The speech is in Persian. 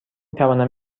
توانم